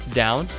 down